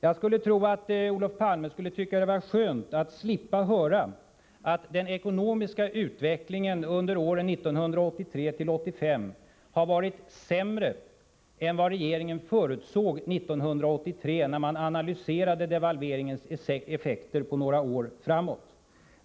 Jag tror att Olof Palme skulle tycka det var skönt att slippa höra att den ekonomiska utvecklingen under åren 1983-1985 har varit sämre än vad regeringen förutsåg när man 1983 analyserade devalveringens effekter några år framåt.